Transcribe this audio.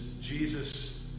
Jesus